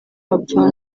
bapfana